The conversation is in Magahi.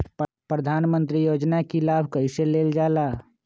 प्रधानमंत्री योजना कि लाभ कइसे लेलजाला?